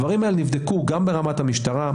זה נבדק גם ברמת המשטרה,